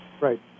Right